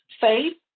faith